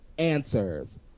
Answers